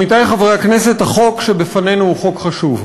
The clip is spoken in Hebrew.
עמיתי חברי הכנסת, החוק שבפנינו הוא חוק חשוב.